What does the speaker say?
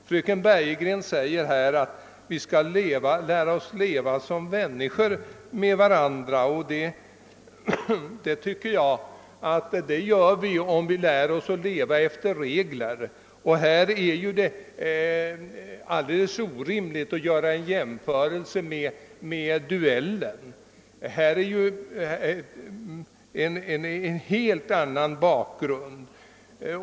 Fröken Bergegren säger att vi skall lära oss att leva som människor med varandra, och det tycker jag att vi gör om vi lär oss att rätta oss efter regler. Det är alldeles orimligt att jämföra boxning med duell. Boxningen har en helt annan bakgrund.